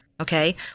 okay